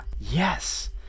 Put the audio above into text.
Yes